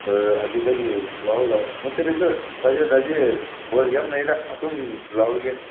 ꯍꯣꯏ ꯍꯣꯏ ꯑꯗꯨꯗꯒꯤ ꯂꯧꯔꯒ ꯅꯠꯇ꯭ꯔꯁꯨ ꯕꯖꯥꯔꯗꯥꯗ ꯕꯣꯜ ꯌꯥꯝ ꯂꯩꯗ ꯑꯗꯨꯝ ꯂꯧꯔꯒꯦ